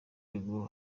rugo